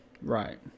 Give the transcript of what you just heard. Right